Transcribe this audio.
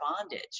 bondage